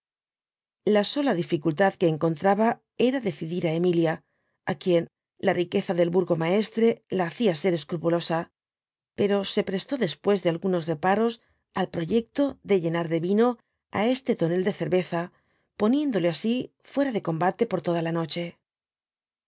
la sola dificultad que encontraba era decidir á emilia á quien la riqueza del burgo maestre la hacia ser escrupulosa pero se prestó después de algunos reparos al proyecto de llenar de vino á este tonel de cerbeza poniéndole así fuera de combate por toda la nodie